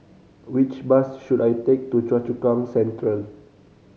which bus should I take to Choa Chu Kang Central